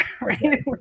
right